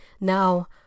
Now